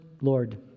Lord